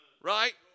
Right